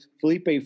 Felipe